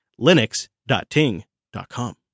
Linux.Ting.com